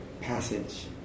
passage